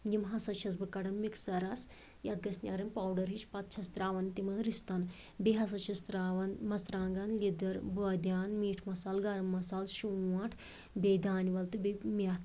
یِم ہسا چھَس بہٕ کڑان مِکسَرَس یَتھ گژھِ نیرٕنۍ پۄڈَر ہِش پتہٕ چھَس تراوان تِمَن رِستَن بیٚیہِ ہسا چھِس تراوان مَرژٕوانگَن لیٚدٕر بٲدِیان میٖٹ مصالہٕ گرم مصالہٕ شونٛٹھ بیٚیہِ دانہِ وَل تہٕ بیٚیہِ مٮ۪تھ